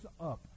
up